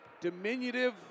Diminutive